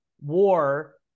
war